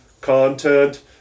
content